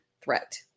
threat